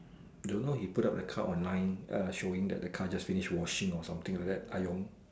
don't know he put the car up online err showing the car just finish washing or something like that !aiyo!